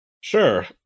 Sure